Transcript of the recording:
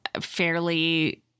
fairly